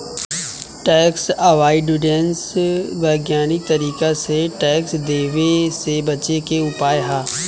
tax avoidance वैज्ञानिक तरीका से टैक्स देवे से बचे के उपाय ह